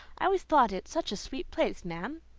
i always thought it such a sweet place, ma'am!